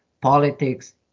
politics